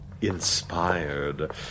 Inspired